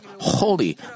holy